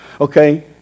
Okay